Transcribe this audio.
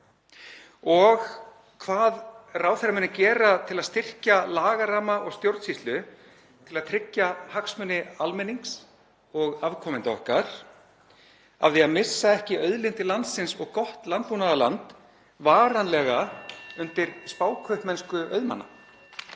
og hvað ráðherra muni gera til að styrkja lagaramma og stjórnsýslu, til að tryggja hagsmuni almennings og afkomenda okkar af því að missa ekki auðlindir landsins og gott landbúnaðarland varanlega undir spákaupmennsku auðmanna.